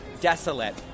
desolate